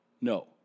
No